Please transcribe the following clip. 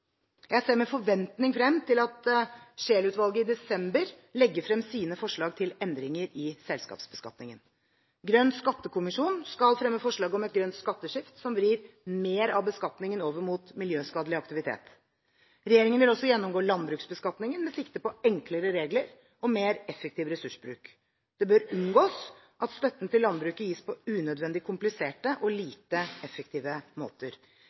Jeg ser med forventning frem til at Scheel-utvalget i desember legger frem sine forslag til endringer i selskapsbeskatningen. Grønn skattekommisjon skal fremme forslag om et grønt skatteskift som vrir mer av beskatningen over mot miljøskadelig aktivitet. Regjeringen vil også gjennomgå landbruksbeskatningen med sikte på enklere regler og mer effektiv ressursbruk. Det bør unngås at støtten til landbruket gis på unødvendig kompliserte og lite effektive måter.